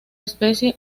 especie